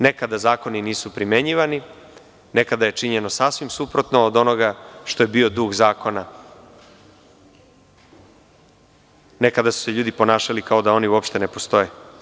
Nekada zakoni nisu primenjivani, nekada je činjeno sasvim suprotno od onoga što je bio duh zakona, nekada su se ljudi ponašali kao da oni uopšte ne postoje.